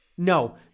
No